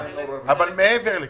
אבל מעבר לכך.